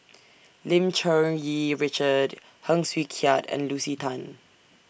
Lim Cherng Yih Richard Heng Swee Keat and Lucy Tan